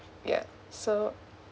yeah so